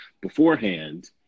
beforehand